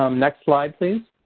um next slide please.